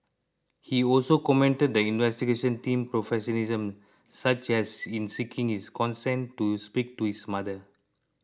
he also commended the investigation team's professionalism such as in seeking his consent to speak to his mother